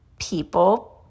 people